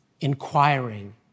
Inquiring